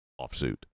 offsuit